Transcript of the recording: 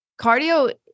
cardio